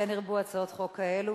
כן ירבו הצעות חוק כאלה,